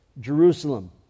Jerusalem